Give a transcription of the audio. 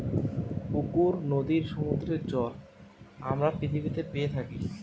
পুকুর, নদীর, সমুদ্রের জল আমরা পৃথিবীতে পেয়ে থাকি